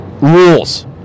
rules